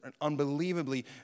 unbelievably